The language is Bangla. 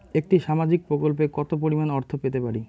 একটি সামাজিক প্রকল্পে কতো পরিমাণ অর্থ পেতে পারি?